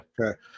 Okay